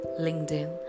LinkedIn